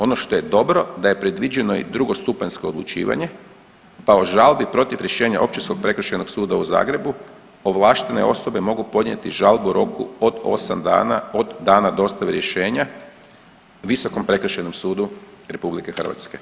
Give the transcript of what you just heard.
Ono što je dobro da je predviđeno i drugostupanjsko odlučivanje pa o žalbi protiv rješenja Općinskog prekršajnog suda u Zagrebu ovlaštene osobe mogu podnijeti žalbu u roku od 8 dana od dana dostave rješenja Visokom prekršajnom sudu RH.